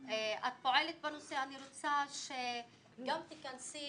את פועלת בנושא ואני רוצה שגם תיכנסי